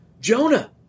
Jonah